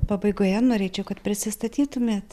pabaigoje norėčiau kad prisistatytumėt